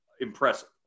impressive